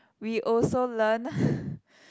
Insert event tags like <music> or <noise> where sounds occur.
we also learn <breath>